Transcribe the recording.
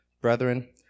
Brethren